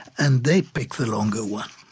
and they pick the longer one